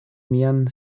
mian